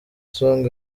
song